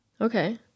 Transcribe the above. okay